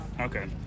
Okay